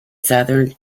southern